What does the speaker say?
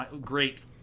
great